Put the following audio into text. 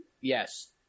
Yes